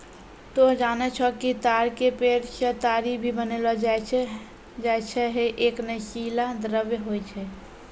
तोहं जानै छौ कि ताड़ के पेड़ सॅ ताड़ी भी बनैलो जाय छै, है एक नशीला द्रव्य होय छै